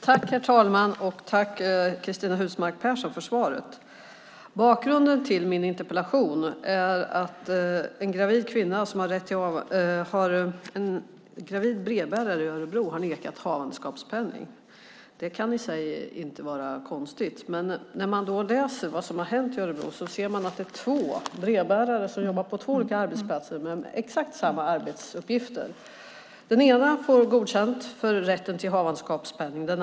Herr talman! Jag tackar Cristina Husmark Pehrsson för svaret. Bakgrunden till min interpellation är att en gravid brevbärare i Örebro har nekats havandeskapspenning. Det behöver inte vara så konstigt i sig, men när man läser vad som har hänt i Örebro ser man att det handlar om två olika brevbärare som jobbar på två olika arbetsplatser men med exakt samma arbetsuppgifter. Den ena får rätten till havandeskapspenning godkänd.